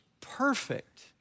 perfect